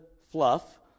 fluff